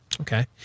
Okay